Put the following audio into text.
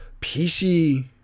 PC